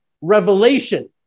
revelation